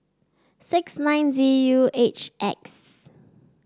six nine Z U H X